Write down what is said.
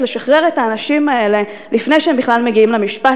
לשחרר את האנשים האלה לפני שהם בכלל מגיעים למשפט,